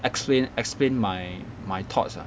explain explain my my thoughts ah